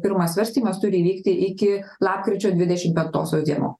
pirmas svarstymas turi įvykti iki lapkričio dvidešim penktosios dieno